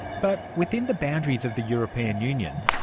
but within the boundaries of the european union,